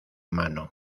mano